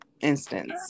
instance